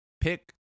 pick